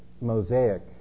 mosaic